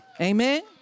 Amen